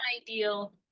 ideal